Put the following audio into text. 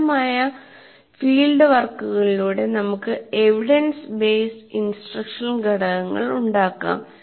വിപുലമായ ഫീൽഡ് വർക്കുകളിലൂടെ നമുക്ക് എവിഡൻസ് ബേസ്ഡ് ഇൻസ്ട്രക്ഷണൽ ഘടകങ്ങൾ ഉണ്ടാക്കാം